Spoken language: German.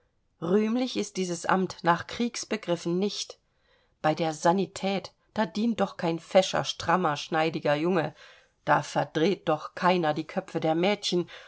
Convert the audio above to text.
rühmlich ist dieses amt nach kriegsbegriffen nicht bei der sanität da dient doch kein fescher strammer schneidiger junge da verdreht doch keiner die köpfe der mädchen